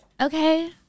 okay